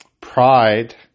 pride